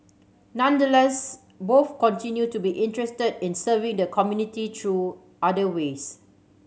nonetheless both continue to be interested in serving the community through other ways